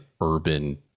urban